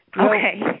Okay